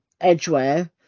Edgeware